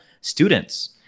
students